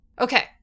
Okay